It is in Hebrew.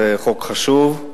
זה חוק חשוב.